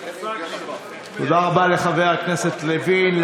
תודה רבה לחבר הכנסת לוין.